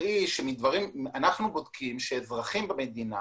אנחנו בודקים שאזרחים במדינה